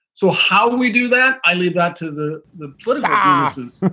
so how do we do that? i leave that to the the sort of um masses.